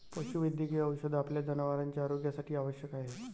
पशुवैद्यकीय औषध आपल्या जनावरांच्या आरोग्यासाठी आवश्यक आहे